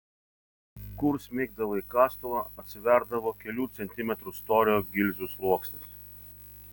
kur smeigdavai kastuvą atsiverdavo kelių centimetrų storio gilzių sluoksnis